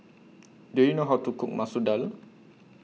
Do YOU know How to Cook Masoor Dal